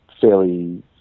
fairly